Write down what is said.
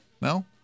No